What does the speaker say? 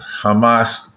Hamas